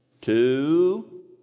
Two